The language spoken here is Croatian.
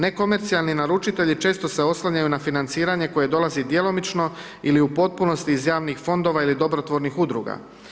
Nekomercionalni naručitelji često se oslanjaju na financiranje koje dolazi djelomično ili u potpunosti iz javnih fondova ili dobrotvornih udruga.